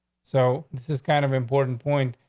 so this is kind of important point,